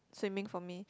swimming for me